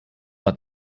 hat